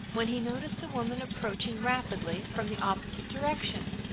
when he noticed a woman approaching rapidly from the opposite direction.